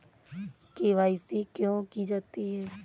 KYC क्यों की जाती है?